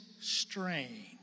strain